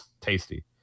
tasty